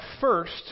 first